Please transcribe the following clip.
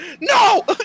no